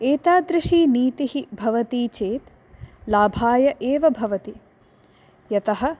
एतादृशी नीतिः भवति चेत् लाभाय एव भवति यतः